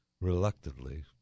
Reluctantly